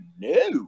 no